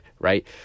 right